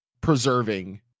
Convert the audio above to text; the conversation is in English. preserving